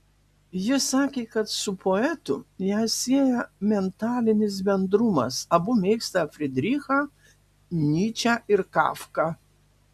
ji sakė kad su poetu ją sieja mentalinis bendrumas abu mėgsta frydrichą nyčę ir kafką